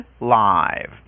live